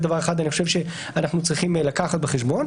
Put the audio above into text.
זה דבר אחד שאני חושב שאנחנו צריכים לקחת בחשבון.